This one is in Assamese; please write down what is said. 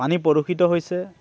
পানী প্ৰদূষিত হৈছে